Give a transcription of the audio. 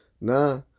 Nah